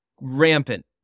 rampant